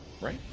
right